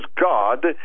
God